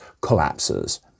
collapses